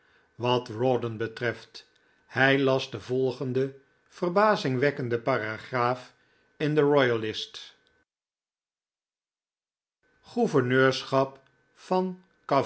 wat rawdon betreft hij las de volgende verbazingwekkende paragraaf in de royalist gouverneurschap van